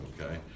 Okay